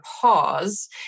pause